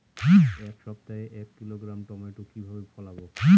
এক সপ্তাহে এক কিলোগ্রাম টমেটো কিভাবে ফলাবো?